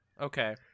okay